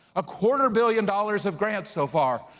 a quarter billion dollars of grants so far.